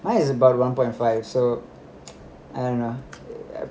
mine is about one point five so I don't know